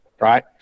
right